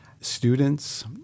Students